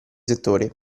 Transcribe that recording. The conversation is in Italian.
settori